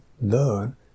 learn